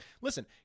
listen